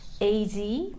AZ